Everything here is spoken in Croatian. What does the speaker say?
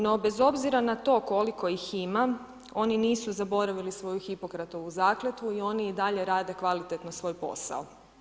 No, bez obzira na to koliko ih ima, oni nisu zaboravili svoju Hipokratovu zakletvu i oni i dalje rade kvalitetno svoj posao.